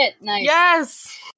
Yes